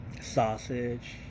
sausage